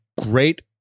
great